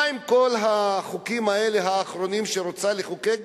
מה עם כל החוקים האלה האחרונים שהיא רוצה לחוקק,